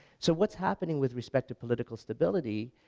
so what's happening with respect to political stability,